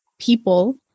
people